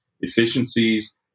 efficiencies